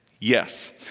Yes